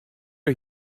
are